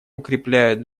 укрепляют